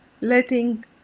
letting